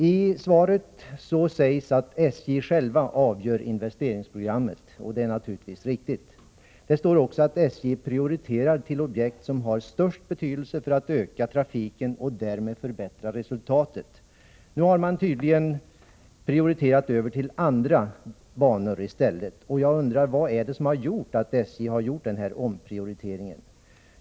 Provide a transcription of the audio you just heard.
I svaret sägs att det är SJ självt som avgör investeringsprogrammet, och det är naturligtvis riktigt. Där står också att SJ prioriterar sina investeringsmedel till de objekt som har störst betydelse för att öka trafiken och därmed förbättra resultatet. Nu har man tydligen prioriterat över medel till andra banor stället. Jag undrar: Vad är det som har föranlett att SJ har gjort denna omprioritering?